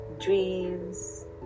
dreams